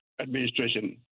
administration